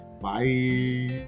bye